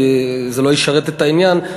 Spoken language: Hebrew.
כי זה לא ישרת את העניין,